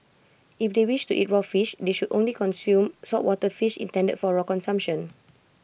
if they wish to eat raw fish they should only consume saltwater fish intended for raw consumption